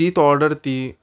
तीच ऑर्डर ती